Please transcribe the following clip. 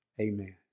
Amen